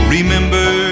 Remember